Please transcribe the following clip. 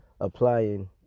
applying